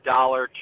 Dollar